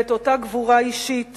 ואת אותה גבורה אישית